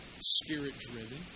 spirit-driven